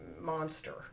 monster